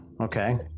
Okay